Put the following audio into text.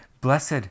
Blessed